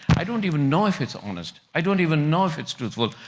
i don't even know if it's honest. i don't even know if it's truthful.